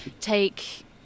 Take